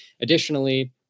Additionally